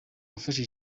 wafashe